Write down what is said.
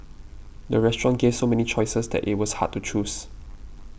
the restaurant gave so many choices that it was hard to choose